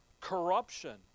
corruption